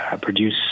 produce